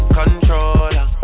controller